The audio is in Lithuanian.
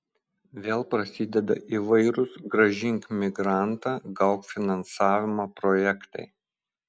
vėl prasideda įvairūs grąžink migrantą gauk finansavimą projektai